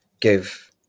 give